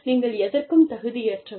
நீங்கள் எதற்கும் தகுதியற்றவர்